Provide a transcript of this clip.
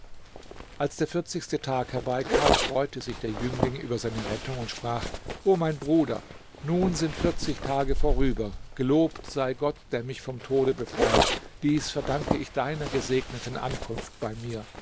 als der tag herbeikam freute sich der jüngling über seine rettung und sprach o mein bruder nun sind tage vorüber gelobt sei gott der mich vom tode befreit dies verdanke ich deiner gesegneten ankunft bei mir